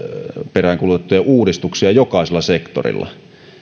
peräänkuulutettuja uudistuksia jokaisella sektorilla